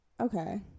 Okay